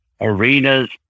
arenas